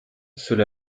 cela